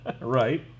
right